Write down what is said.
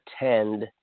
attend